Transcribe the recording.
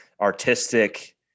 artistic